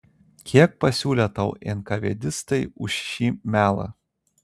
kiek pasiūlė tau enkavėdistai už šį melą